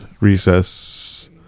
recess